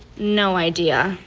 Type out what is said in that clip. no idea.